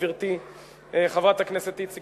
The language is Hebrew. גברתי חברת הכנסת איציק,